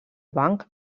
banc